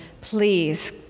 please